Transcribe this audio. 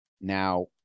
Now